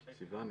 סיווני,